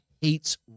hates